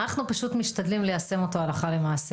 אנחנו פשוט משתדלים ליישם אותו הלכה למעשה,